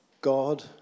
God